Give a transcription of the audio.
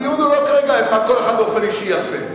הדיון כרגע הוא לא מה כל אחד באופן אישי יעשה.